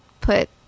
put